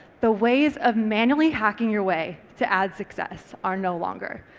the ways of manually hacking your way to add success are no longer,